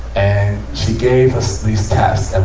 and she gave us